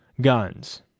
guns